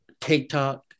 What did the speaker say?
TikTok